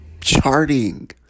charting